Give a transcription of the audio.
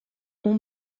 اون